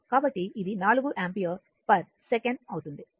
కాబట్టి ఇది 4 యాంపియర్సెకను అవుతుంది